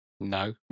no